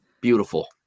Beautiful